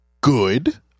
good